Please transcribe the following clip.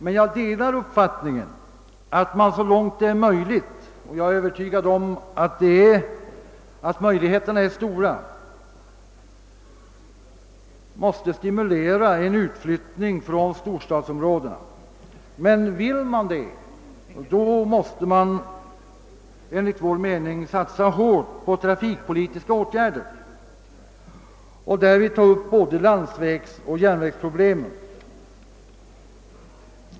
Jag delar emellertid uppfattningen att man så långt möjligt, och jag är övertygad om att möjligheterna är stora, måste stimulera en utflyttning från storstadsområdena. Men vill man detta måste man enligt vår mening satsa hårt på trafikpolitiska åtgärder och därvid ta upp både landsvägsoch järnvägsproblemen.